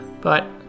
but-